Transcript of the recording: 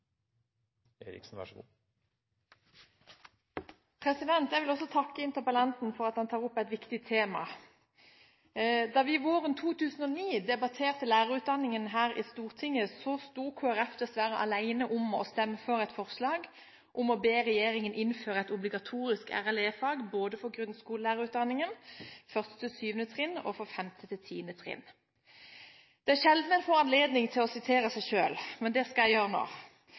Jeg vil også takke interpellanten for at han tar opp et viktig tema. Da vi våren 2009 debatterte lærerutdanningen her i Stortinget, sto Kristelig Folkeparti dessverre alene om å stemme for et forslag om å be regjeringen innføre et obligatorisk RLE-fag både for grunnskolelærerutdanningen, 1.–7. trinn, og for 5.–10. trinn. Det er sjelden en får anledning til å sitere seg selv, men det skal jeg gjøre